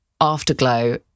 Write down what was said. Afterglow